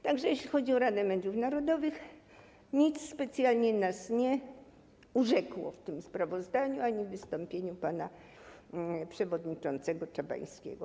Tak że, jeśli chodzi o Radę Mediów Narodowych nic specjalnie nas nie urzekło w tym sprawozdaniu ani w wystąpieniu pana przewodniczącego Czabańskiego.